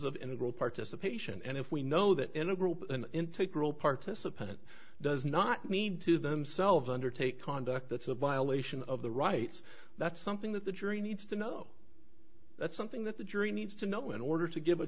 integral participation and if we know that in a group an integral participant does not need to themselves undertake conduct that's a violation of their rights that's something that the jury needs to know that's something that the jury needs to know in order to give a